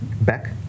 Beck